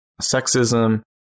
sexism